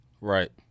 Right